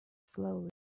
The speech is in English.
slowly